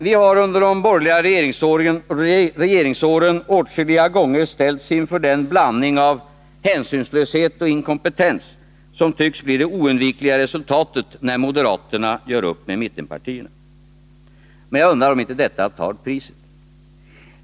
Vi har under de borgerliga regeringsåren åtskilliga gånger ställts inför den blandning av hänsynslöshet och inkompetens som tycks bli det oundvikliga resultatet när moderaterna gör upp med mittenpartierna. Men jag undrar om inte detta tar priset.